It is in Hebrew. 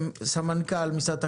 סמנכ"ל משרד תחבורה,